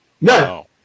No